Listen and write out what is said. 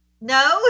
no